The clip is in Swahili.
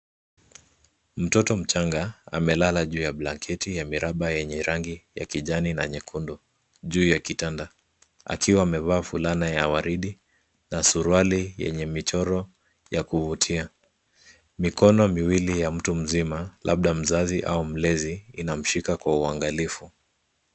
Mtoto mchanga amelala juu ya blanketi ya miraba yenye rangi ya kijani na nyekundu juu ya kitanda akiwa amevaa fulana ya waridi na suruali yenye michoro ya kuvutia. Mikono miwili ya mtu mzima labda mzazi au mlezi inamshika kwa uangalifu.